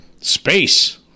space